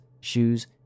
shoes